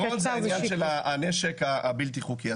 העניין של הנשק הבלתי חוקי.